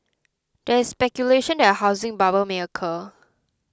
there is speculation that a housing bubble may occur